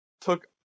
took